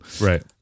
Right